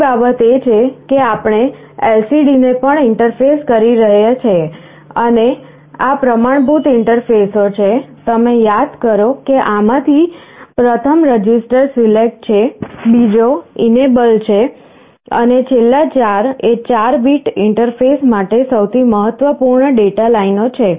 બીજી બાબત એ છે કે આપણે LCD ને પણ ઇન્ટરફેસ કરી છે અને આ પ્રમાણભૂત ઇન્ટરફેસો છે તમે યાદ કરો કે આમાંથી પ્રથમ રજિસ્ટર સિલેક્ટ છે બીજો enable છે અને છેલ્લા 4 એ 4 બીટ ઇન્ટરફેસ માટે સૌથી મહત્વપૂર્ણ ડેટા લાઇનો છે